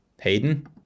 Hayden